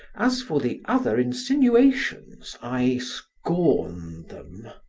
as for the other insinuations i scorn them.